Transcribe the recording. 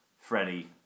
Freddie